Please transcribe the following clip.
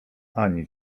ani